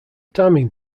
timing